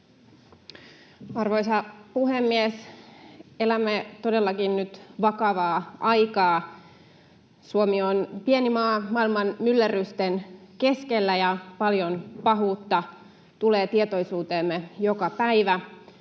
Arvoisa puhemies! Elämme todellakin nyt vakavaa aikaa. Suomi on pieni maa maailman myllerrysten keskellä, ja paljon pahuutta tulee tietoisuuteemme joka päivä,